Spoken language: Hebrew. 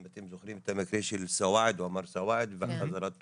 אם אתם זוכרים את המקרה של עומר סואעד וחזרתו.